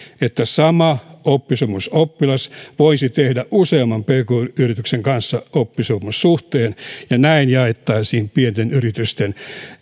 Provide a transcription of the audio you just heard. että sama oppisopimusoppilas voisi tehdä useamman pk yrityksen kanssa oppisopimussuhteen ja näin jaettaisiin pienten yritysten